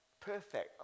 perfect